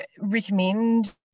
recommend